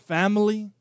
family